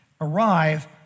arrive